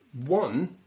one